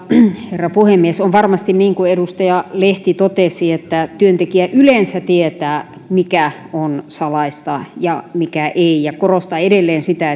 herra puhemies on varmasti niin kuin edustaja lehti totesi että työntekijä yleensä tietää mikä on salaista ja mikä ei ja korostan edelleen sitä